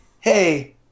hey